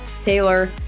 Taylor